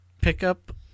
pickup